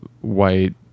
white